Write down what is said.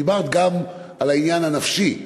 דיברת גם על העניין הנפשי.